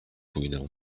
pójdę